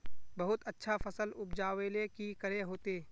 बहुत अच्छा फसल उपजावेले की करे होते?